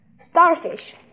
Starfish